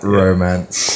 romance